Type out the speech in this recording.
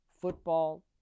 football